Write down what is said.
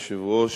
אדוני היושב-ראש,